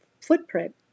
footprint